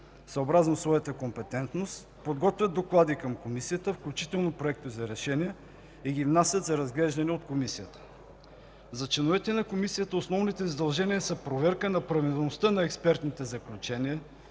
съобразно своята компетентност, подготвят доклади към Комисията, включително проекта за решение и ги внасят за разглеждане от Комисията. За членовете на Комисията основните задължения са: проверка на правилността на експертните заключения,